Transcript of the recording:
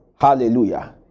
Hallelujah